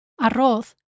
arroz